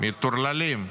-- מטורללים,